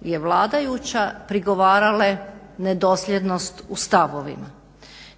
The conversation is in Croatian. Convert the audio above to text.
je vladajuća, prigovarale nedosljednost u stavovima.